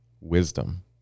wisdom